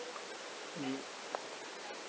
mm